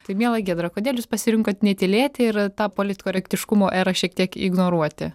tai miela giedra kodėl jūs pasirinkot netylėti ir tą politkorektiškumo erą šiek tiek ignoruoti